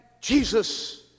Jesus